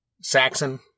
Saxon